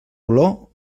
olor